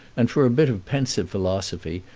and for a bit of pensive philosophy,